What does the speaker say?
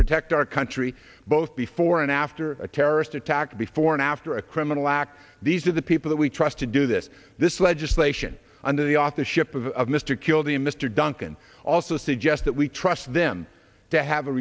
protect our country both before and after a terrorist attack before and after a criminal act these are the people that we trust to do this this legislation under the authorship of mr kildea mr duncan also suggest that we trust them to have a